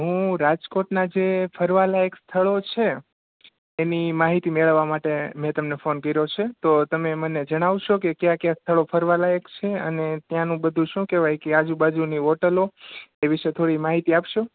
હું રાજકોટના જે ફરવા લાયક સ્થળો છે એની માહિતી મેળવવા માટે મે તમને ફોન કયરો છે તો તમે મને જણાવશો કે ક્યા ક્યા સ્થળો ફરવા લાયક છે અને ત્યાંનું બધુ શું કેવાય કે આજુબાજુની હોટલો એ વિષે થોળિ માહિતી આપશો